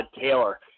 Taylor